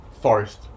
forest